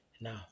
Now